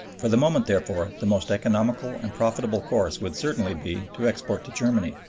for the moment, therefore, the most economical and profitable course would certainly be to export to germany,